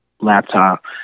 laptop